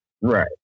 right